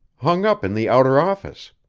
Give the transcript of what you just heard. hung up in the outer office.